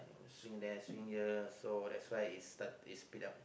swing there swing here so that's why it start it spill out